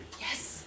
Yes